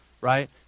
right